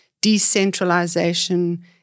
decentralization